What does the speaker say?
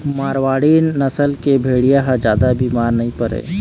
मारवाड़ी नसल के भेड़िया ह जादा बिमार नइ परय